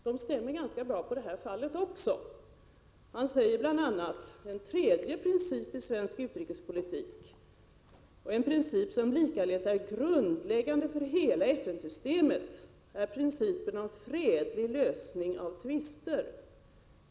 Dessa stämmer faktiskt ganska bra också på detta fall. Han säger bl.a.: ”En tredje princip i svensk utrikespolitik, och en princip som likaledes är grundläggande för hela FN-systemet, är principen om fredlig lösning av tvister.